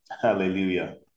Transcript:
Hallelujah